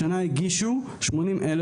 השנה הגישו 80,000